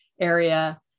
area